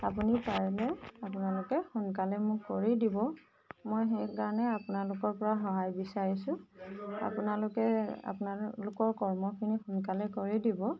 আপুনি পাৰিলে আপোনালোকে সোনকালে মোক কৰি দিব মই সেইকাৰণে আপোনালোকৰ পৰা সহায় বিচাৰিছোঁ আপোনালোকে আপোনালোকৰ কৰ্মখিনি সোনকালে কৰি দিব